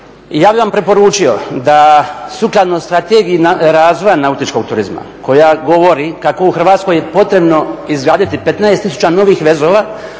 ja bih vam preporučio da sukladno Strategiji razvoja nautičkog turizma koja govori kako u Hrvatskoj je potrebno izgraditi 15 tisuća novih vezova,